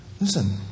listen